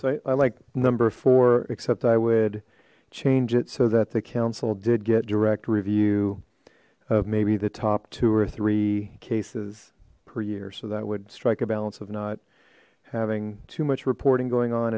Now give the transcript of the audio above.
so i like number four except i would change it so that the council did get direct review of maybe the top two or three cases per year so that would strike a balance of not having too much reporting going on